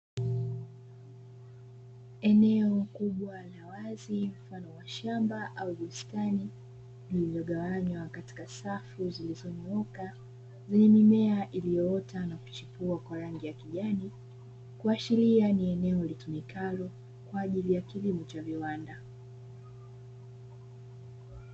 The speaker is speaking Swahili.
Eneo kubwa la wazi mfano wa shamba au bustani lililogawanywa katika safu zilizonyooka zenye mimea iliyoota na kuchipua kwa rangi ya kijani, kuashiria ni eneo litumikalo kwa ajili ya kilimo cha viwanda.